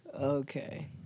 Okay